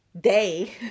day